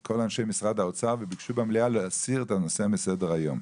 כל אנשי משרד האוצר וביקשו במליאה להסיר את הנושא מסדר-היום.